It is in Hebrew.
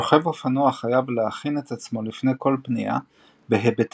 רוכב אופנוע חייב להכין את עצמו לפני כל פנייה בהיבטי